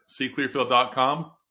cclearfield.com